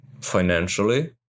financially